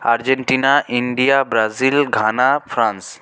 Argentina India Brazil Ghana France